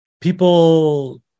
people